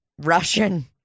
Russian